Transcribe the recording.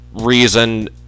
reason